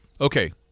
Okay